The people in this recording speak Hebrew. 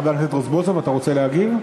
חבר הכנסת רזבוזוב, אתה רוצה להגיב?